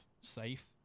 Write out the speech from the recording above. safe